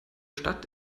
stadt